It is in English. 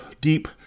deep